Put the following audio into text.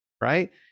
right